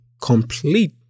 complete